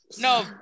no